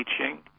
teaching